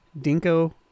Dinko